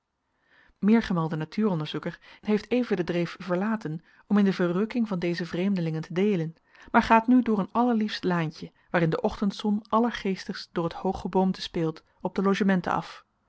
meergemelde natuuronderzoeker heeft even de dreef verlaten om in de verrukking van deze vreemdelingen te deelen maar gaat nu door een allerliefst laantje waarin de ochtendzon allergeestigst door t hoog geboomte speelt op de logementen af